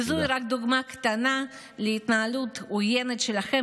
וזוהי רק דוגמה קטנה להתנהלות עוינת שלכם